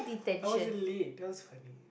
I wasn't late that was funny